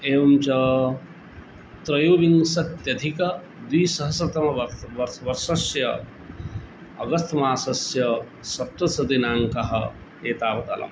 एवं च त्रयोविंशत्यधिकद्विसहस्रतम वर्ष वर्षस्य अगस्त् मासस्य सप्तदशदिनाङ्कः एतावदलम्